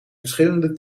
verschillende